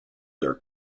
their